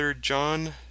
John